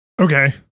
Okay